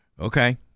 Okay